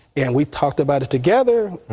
and we talked about it together,